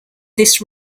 this